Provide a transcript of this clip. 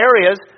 areas